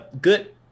good